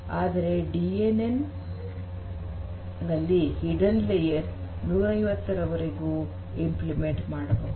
ಆದರೆ ಡಿಎನ್ಎನ್ ನಲ್ಲಿ ಹಿಡನ್ ಪದರ ೧೫೦ ರವರೆಗೂ ಅನುಷ್ಠಾನ ಮಾಡಬಹುದು